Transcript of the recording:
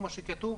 כמו שכתוב,